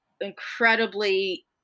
incredibly